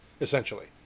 essentially